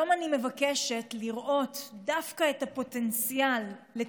היום אני מבקשת לראות דווקא את הפוטנציאל לתיקון.